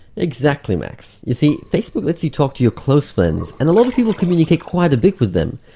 exactly max. you see, facebook lets you talk to your close friends, and a lot of people communicate quite a bit with them,